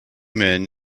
men